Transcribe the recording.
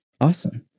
Awesome